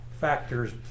factors